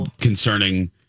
concerning